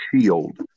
shield